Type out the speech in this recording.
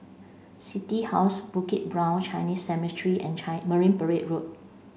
City House Bukit Brown Chinese Cemetery and Marine Parade Road